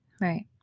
Right